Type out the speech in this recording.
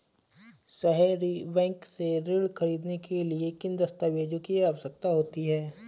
सहरी बैंक से ऋण ख़रीदने के लिए किन दस्तावेजों की आवश्यकता होती है?